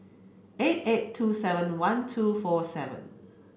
eight eight two seven one two four seven